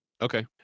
Okay